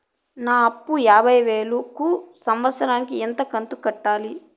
నా అప్పు యాభై వేలు కు సంవత్సరం కు ఎంత కంతు కట్టాలి?